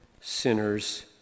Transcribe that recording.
sinners